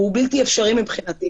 הוא בלתי אפשרי מבחינתי.